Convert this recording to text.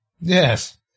Yes